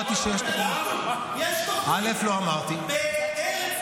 אני שמח לשמוע שיש תוכנית, רק אי-אפשר לפרסם אותה.